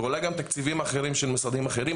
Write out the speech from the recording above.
ואולי גם תקציבים אחרים של משרדים אחרים,